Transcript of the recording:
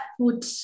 put